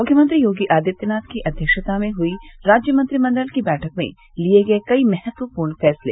मुख्यमंत्री योगी आदित्यनाथ की अध्यक्षता में हुई राज्य मंत्रिमंडल की बैठक में लिये गये कई महत्वपूर्ण फैंसले